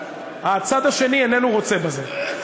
הצד האחר איננו רוצה בזה.